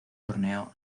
torneo